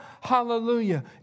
hallelujah